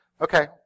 Okay